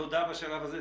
תודה בשלב הזה.